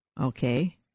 Okay